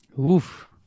Oof